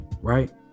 Right